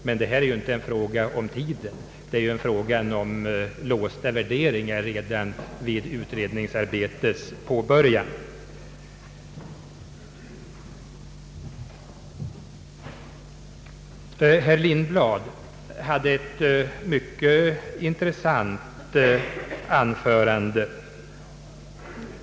Men här är det inte en fråga om tiden utan en fråga om låsta värderingar redan vid utredningsarbetets påbörjande. Herr Lindblad hade ett mycket intressant anförande.